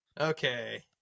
Okay